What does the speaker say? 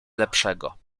lepszego